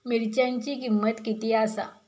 मिरच्यांची किंमत किती आसा?